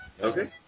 Okay